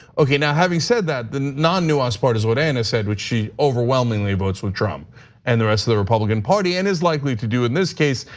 okay, now having said, that the non-nuanced part is what ana said, she overwhelmingly votes with trump and the rest of the republican party and is likely to do in this case.